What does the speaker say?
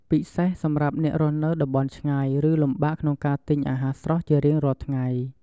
ពិសេសសម្រាប់អ្នករស់នៅតំបន់ឆ្ងាយឬលំបាកក្នុងការទិញអាហារស្រស់ជារៀងរាល់ថ្ងៃ។